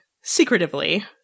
secretively